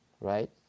right